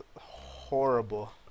horrible